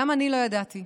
גם אני לא ידעתי,